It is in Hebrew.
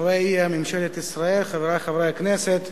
חברי ממשלת ישראל, חברי חברי הכנסת,